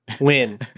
win